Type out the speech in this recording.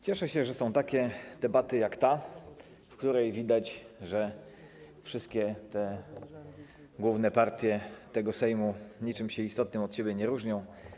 Cieszę się, że są takie debaty jak ta, w której widać, że wszystkie główne partie tego Sejmu niczym istotnym się od siebie nie różnią.